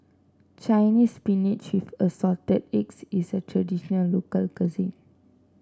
Chinese Spinach with Assorted Eggs is a traditional local cuisine